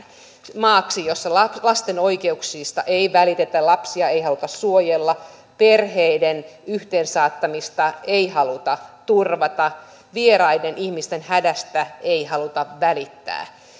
maaksi jossa lasten oikeuksista ei välitetä lapsia ei haluta suojella perheiden yhteen saattamista ei haluta turvata vieraiden ihmisten hädästä ei haluta välittää